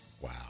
Wow